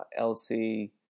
LC